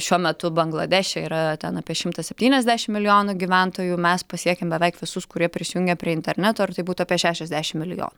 šiuo metu bangladeše yra ten apie šimtas septyniasdešim milijonų gyventojų mes pasiekiam beveik visus kurie prisijungia prie interneto ir tai būtų apie šešiasdešim milijonų